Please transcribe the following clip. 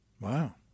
Wow